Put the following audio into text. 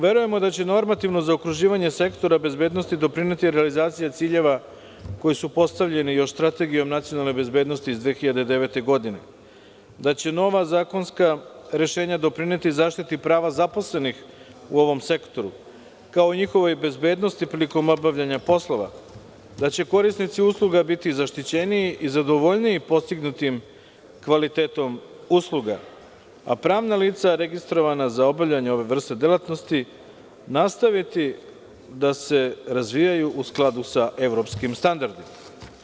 Verujemo da će normativno zaokruživanje sektora bezbednosti doprineti realizaciji ciljeva koji su postavljeni još Strategijom nacionalne bezbednosti iz 2009. godine, da će nova zakonska rešenja doprineti zaštiti prava zaposlenih u ovom sektoru, kao i njihovoj bezbednosti prilikom obavljanja poslova, da će korisnici usluga biti zaštićeniji i zadovoljniji postignutim kvalitetom usluga, a pravna lica registrovana za obavljanje ove vrste delatnosti nastaviti da se razvijaju u skladu sa evropskim standardima.